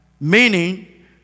meaning